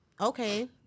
okay